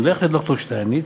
לך לד"ר שטייניץ,